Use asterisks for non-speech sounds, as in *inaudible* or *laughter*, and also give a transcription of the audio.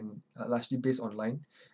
are largely based online *breath*